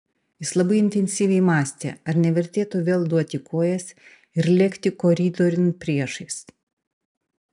jis labai intensyviai mąstė ar nevertėtų vėl duoti į kojas ir lėkti koridoriun priešais